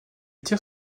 tire